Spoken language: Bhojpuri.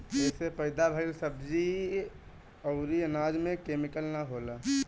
एसे पैदा भइल सब्जी अउरी अनाज में केमिकल ना होला